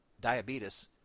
diabetes